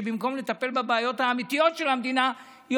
שבמקום לטפל בבעיות האמיתיות של המדינה היא